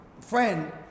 friend